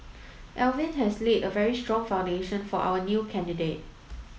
Alvin has laid a very strong foundation for our new candidate